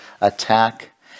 attack